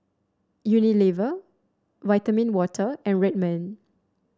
Unilever Vitamin Water and Red Man